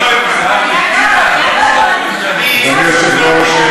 אדוני היושב-ראש,